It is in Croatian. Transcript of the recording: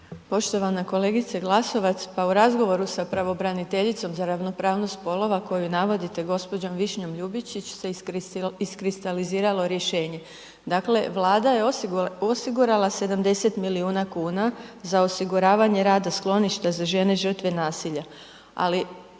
Poštovana kolegice Glasovac, pa u razgovoru sa pravobraniteljicom za ravnopravnost spolova koju navodite, gđo. Višnjom Ljubičić se iskristaliziralo rješenje. Dakle, Vlada je osigurala 70 milijuna kuna za osiguravanje rada skloništa za žene žrtve nasilja,